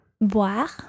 Boire